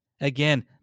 Again